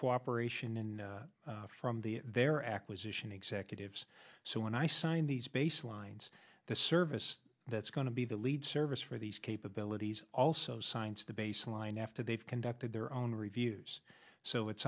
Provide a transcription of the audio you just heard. cooperation in from the their acquisition executives so when i signed these baselines the service that's going to be the lead service for these capabilities also science the baseline after they've conducted their own reviews so it's